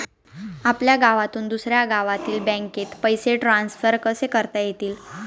आपल्या गावातून दुसऱ्या गावातील बँकेत पैसे ट्रान्सफर कसे करता येतील?